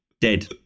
Dead